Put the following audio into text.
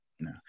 no